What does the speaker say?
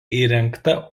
įrengta